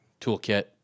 toolkit